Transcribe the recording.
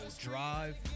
Drive